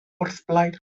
wrthblaid